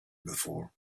before